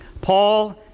Paul